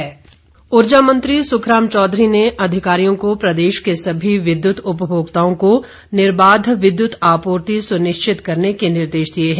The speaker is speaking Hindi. सुखराम चौधरी ऊर्जा मंत्री सुखराम चौधरी ने अधिकारियों को प्रदेश के सभी विद्युत उपभोक्ताओं को निर्बाध विद्युत आपूर्ति सुनिश्चित करने के निर्देश दिए हैं